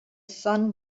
sun